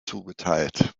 zugeteilt